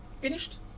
finished